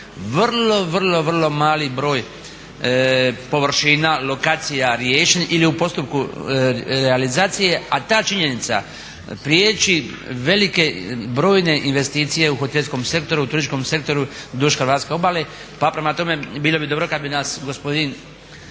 vrlo mali broj površina, lokacija riješeno ili je u postupku realizacije. A ta činjenica priječi velike, brojne investicije u hotelskom sektoru, u turističkom sektoru duž hrvatske obale. Pa prema tome bilo bi dobro kada bi nas gospodin